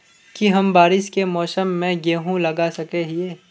की हम बारिश के मौसम में गेंहू लगा सके हिए?